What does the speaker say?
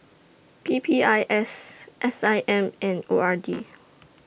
P P I S S I M and O R D